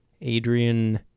adrian